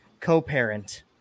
co-parent